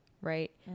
right